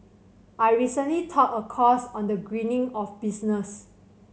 I recently taught a course on the greening of business